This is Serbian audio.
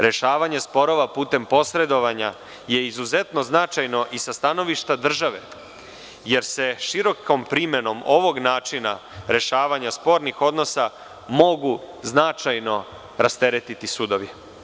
Rešavanje sporova putem posredovanja je izuzetno značajno i sa stanovišta države, jer se širokom primenom ovog načina rešavanja spornih odnosa mogu značajno rasteretiti sudovi.